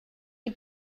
die